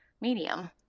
medium